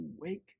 wake